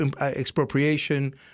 expropriation